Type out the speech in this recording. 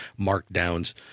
markdowns